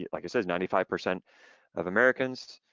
like i said, ninety five percent of americans,